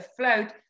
afloat